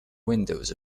windows